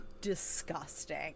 disgusting